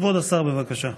כבוד השר, בבקשה.